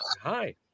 Hi